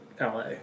LA